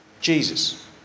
Jesus